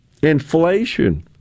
Inflation